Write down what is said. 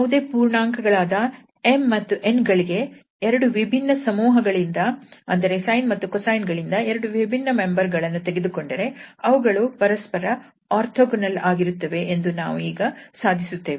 ಯಾವುದೇ ಪೂರ್ಣಾಂಕಗಳಾದ 𝑚 ಮತ್ತು 𝑛 ಗಳಿಗೆ 2 ವಿಭಿನ್ನ ಸಮೂಹಗಳಿಂದ ಅಂದರೆ sine ಮತ್ತು cosine ಗಳಿಂದ 2 ವಿಭಿನ್ನ ಮೆಂಬರ್ ಫಂಕ್ಷನ್ ಗಳನ್ನು ತೆಗೆದುಕೊಂಡರೆ ಅವುಗಳು ಪರಸ್ಪರ ಓರ್ಥೋಗೊನಲ್ ವಾಗಿರುತ್ತವೆ ಎಂದು ನಾವು ಈಗ ಸಾಧಿಸುತ್ತೇವೆ